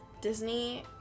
Disney